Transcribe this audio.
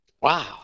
Wow